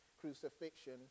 crucifixion